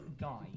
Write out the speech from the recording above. guy